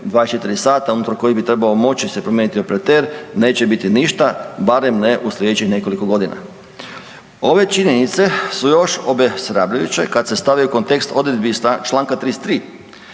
24 sata unutar kojeg bi trebao moći se promijeniti operater neće biti ništa, barem ne u slijedećih nekoliko godina. Ove činjenice su još obeshrabrujuće kad se stave u kontekst odredbi iz čl. 33.